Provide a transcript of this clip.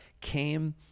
came